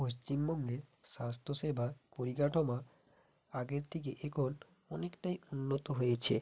পশ্চিমবঙ্গে স্বাস্থ্যসেবা পরিকাঠামো আগের থেকে এখন অনেকটাই উন্নত হয়েছে